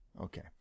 Okay